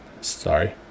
sorry